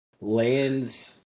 lands